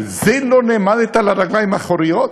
על זה לא נעמדת על הרגליים האחוריות?